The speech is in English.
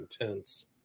intense